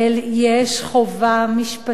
יש חובה משפטית,